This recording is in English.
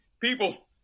People